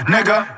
Nigga